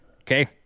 Okay